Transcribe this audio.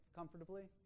comfortably